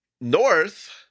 North